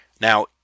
Now